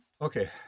Okay